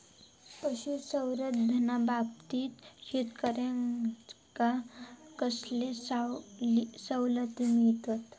पशुसंवर्धनाच्याबाबतीत शेतकऱ्यांका कसले सवलती मिळतत?